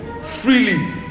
freely